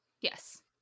Yes